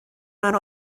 mewn